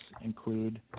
include